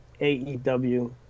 AEW